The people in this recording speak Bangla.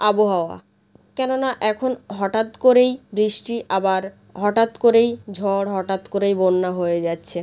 আবহাওয়া কেননা এখন হঠাৎ করেই বৃষ্টি আবার হঠাৎ করেই ঝড় হঠাৎ করেই বন্যা হয়ে যাচ্ছে